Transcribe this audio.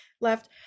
left